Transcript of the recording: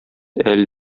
әле